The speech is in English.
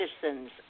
citizens